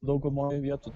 daugumoj vietų